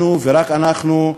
אנחנו ורק אנחנו,